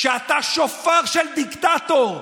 אתה שופר של דיקטטור.